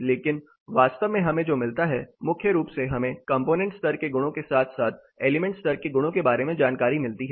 लेकिन वास्तव में हमें जो मिलता है मुख्य रूप से हमें कंपोनेंट स्तर के गुणों के साथ साथ एलिमेंट स्तर के गुणों के बारे में जानकारी मिलती है